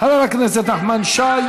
חבר הכנסת נחמן שי,